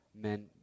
men